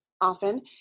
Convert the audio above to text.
often